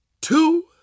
two